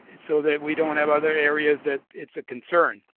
so that we don't have other areas that it's a concern.